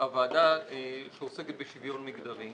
הוועדה של מעמד האישה ושוויון מגדרי.